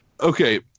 Okay